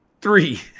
three